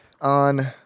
on